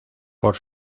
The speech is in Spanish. por